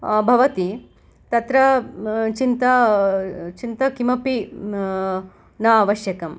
भवति तत्र चिन्ता चिन्ता किमपि न आवश्यकं